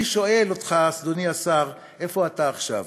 אני שואל אותך, אדוני השר, איפה אתה עכשיו?